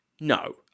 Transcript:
No